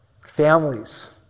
Families